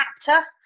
chapter